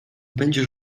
będzie